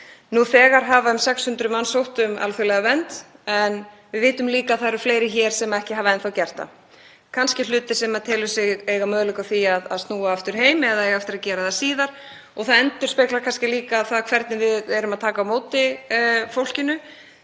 Nú þegar hafa um 600 manns sótt um alþjóðlega vernd en við vitum líka að það eru fleiri hér sem ekki hafa enn þá gert það, kannski sá hluti sem telur sig eiga möguleika á því að snúa aftur heim eða á eftir að gera það síðar. Það endurspeglar kannski líka það hvernig við erum að taka á móti fólkinu